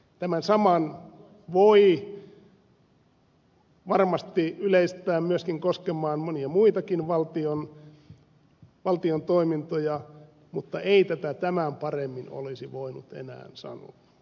tämän saman voi varmasti yleistää myöskin koskemaan monia muitakin valtion toimintoja mutta ei tätä tämän paremmin olisi voinut enää sanoa